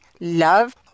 love